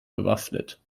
bewaffnet